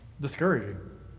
discouraging